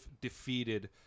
defeated